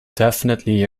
definitely